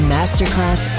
Masterclass